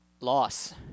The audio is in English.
loss